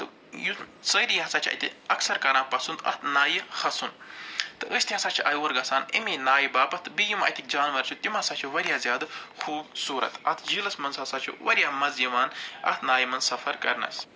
یِم سٲری ہَسا چھِ اَتہِ اکثر کَران پسُنٛد اَتھ نایہِ کھسُن تہٕ أسۍ تہِ ہَسا چھِ اَ اور گَژھان اَمی نایہِ باپتھ تہٕ بیٚیہِ یِم اَتِکۍ جانور چھِ تِم ہَسا چھِ واریاہ زیادٕ خوٗبصوٗرت اَتھ جیٖلس منٛز ہَسا چھُ وارِیاہ مزٕ یِوان اَتھ نایہِ منٛز سفر کرنس